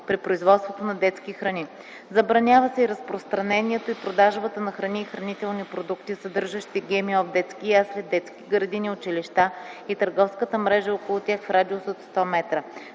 при производството на детски храни. Забранява се и разпространението и продажбата на храни и хранителни продукти, съдържащи ГМО в детски ясли, детски градини, училища и търговската мрежа около тях, в радиус от 100 метра.